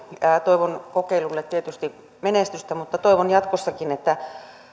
toivon kokeilulle tietysti menestystä mutta toivon että jatkossakin